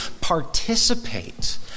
participate